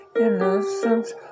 innocence